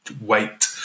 wait